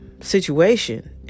situation